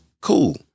Cool